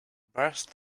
burst